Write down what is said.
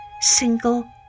single